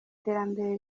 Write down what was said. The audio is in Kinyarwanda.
terambere